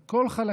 על כל חלקיה,